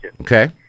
Okay